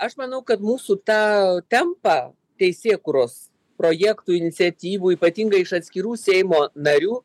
aš manau kad mūsų tą tempą teisėkūros projektų iniciatyvų ypatingai iš atskirų seimo narių